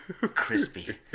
Crispy